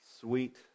sweet